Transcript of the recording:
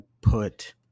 put